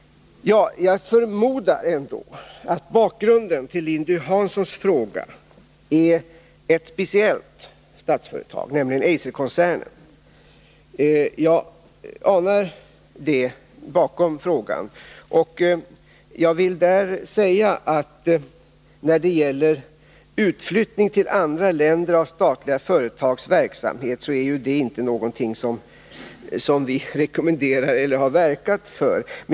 Jag förmodar emellertid att bakgrunden till Lilly Hanssons interpellation är ett speciellt statsföretag, nämligen Eiserkoncernen — jag anar det bakom interpellationen. Jag vill säga att när det gäller utflyttning till andra länder av statliga företags verksamhet, så är naturligtvis detta inte någonting som vi rekommenderar eller har verkat för.